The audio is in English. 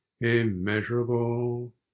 immeasurable